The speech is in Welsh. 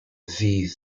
ddydd